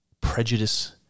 prejudice